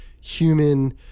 human